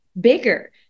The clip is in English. bigger